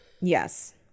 yes